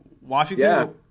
Washington